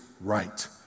right